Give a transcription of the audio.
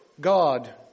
God